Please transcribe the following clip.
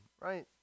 right